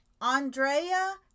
Andrea